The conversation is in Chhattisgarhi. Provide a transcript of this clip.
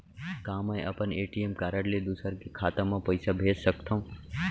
का मैं अपन ए.टी.एम कारड ले दूसर के खाता म पइसा भेज सकथव?